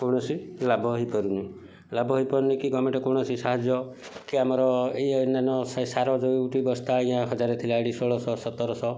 କୌଣସି ଲାଭ ହେଇପାରୁନି ଲାଭ ହେଇପାରୁନି କି ଗଭର୍ଣ୍ଣମେଣ୍ଟ୍ କୌଣସି ସାହାଯ୍ୟ କି ଆମର ଏହି ଅନ୍ୟାନ୍ୟ ସେ ସାର ଯେଉଁଠି ବସ୍ତା ଆଜ୍ଞା ହଜାର ଥିଲା ଏଇଠି ଷୋହଳ ଶହ ସତର ଶହ